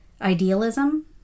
idealism